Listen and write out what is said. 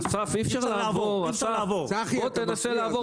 אי אפשר לעבור; בוא תנסה לעבור